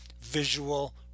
visual